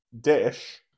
Dish